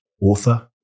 author